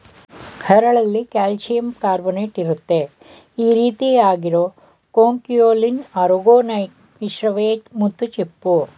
ಹರಳಲ್ಲಿ ಕಾಲ್ಶಿಯಂಕಾರ್ಬೊನೇಟ್ಇರುತ್ತೆ ಈರೀತಿ ಆಗಿರೋ ಕೊಂಕಿಯೊಲಿನ್ ಆರೊಗೊನೈಟ್ ಮಿಶ್ರವೇ ಮುತ್ತುಚಿಪ್ಪು